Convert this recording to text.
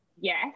Yes